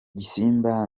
gisimba